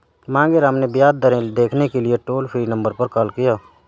मांगेराम ने ब्याज दरें देखने के लिए टोल फ्री नंबर पर कॉल किया